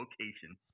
location